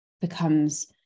becomes